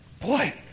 boy